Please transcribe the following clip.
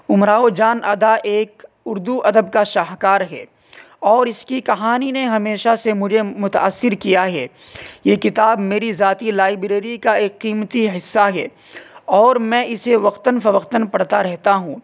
امراؤ جان ادا ایک اردو ادب کا شہکار ہے اور اس کی کہانی نے ہمیشہ سے مجھے متأثر کیا ہے یہ کتاب میری ذاتی لائبریری کا ایک قیمتی حصہ ہے اور میں اسے وقتاً فوقتاً پڑھتا رہتا ہوں